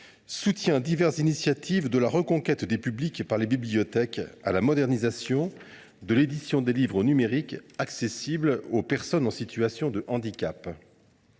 soutient diverses initiatives, allant de la reconquête des publics par les bibliothèques jusqu’à la modernisation de l’édition des livres numériques accessibles aux personnes en situation de handicap.